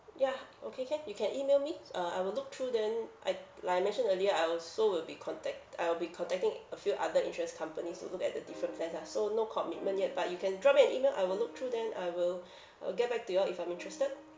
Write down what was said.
ya okay can you can email me uh I will look through then I like I mentioned earlier I also will be contact I will be contacting a few other insurance companies to look at the different plans lah so no commitment yet but you can drop me an email I will look through then I will I will get back to you all if I'm interested